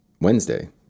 Wednesday